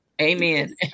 Amen